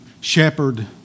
shepherd